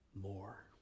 more